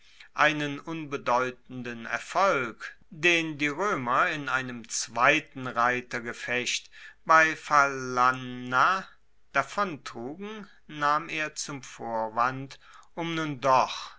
einen unbedeutenden erfolg den die roemer in einem zweiten reitergefecht bei phalanna davontrugen nahm er zum vorwand um nun doch